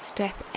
Step